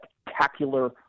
spectacular